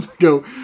go